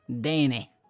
danny